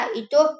itu